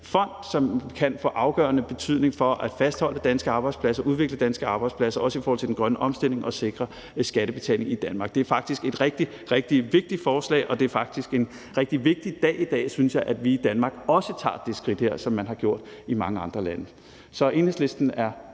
fond, som kan få afgørende betydning for at fastholde danske arbejdspladser og udvikle danske arbejdspladser, også i forhold til den grønne omstilling, og at sikre skattebetaling i Danmark. Det er faktisk et rigtig, rigtig vigtigt forslag, og det er faktisk en rigtig vigtig dag i dag, synes jeg, hvor vi i Danmark også tager det her skridt, som man har taget i mange andre lande. Så Enhedslisten er